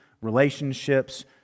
relationships